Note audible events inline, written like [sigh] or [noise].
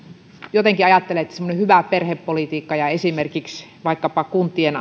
jotenkin ajattelen että semmoinen hyvä perhepolitiikka ja esimerkiksi vaikkapa kuntien [unintelligible]